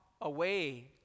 away